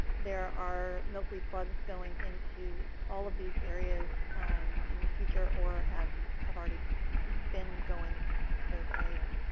there are milkweed plugs going into all of these areas in the future or have have already been going to those areas.